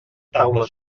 taules